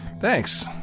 Thanks